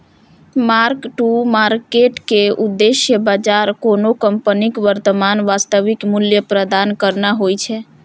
mark to market के उद्देश्य बाजार कोनो कंपनीक वर्तमान वास्तविक मूल्य प्रदान करना होइ छै